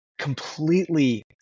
Completely